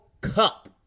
Cup